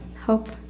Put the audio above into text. hope